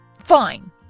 Fine